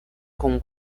com